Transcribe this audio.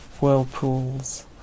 whirlpools